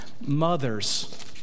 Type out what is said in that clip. Mothers